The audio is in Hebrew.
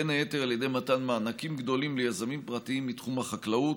בין היתר על ידי מתן מענקים גדולים ליזמים פרטיים מתחום החקלאות.